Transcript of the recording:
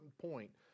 point